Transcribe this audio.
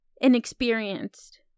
inexperienced